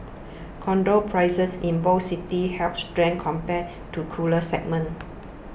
condo prices in both cities held strength compared to cooler segments